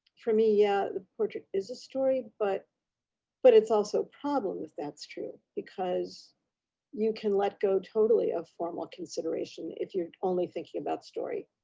for me, yeah, the portrait is a story, but but it's also problem with that's true because you can let go totally of formal consideration if you're only thinking about story.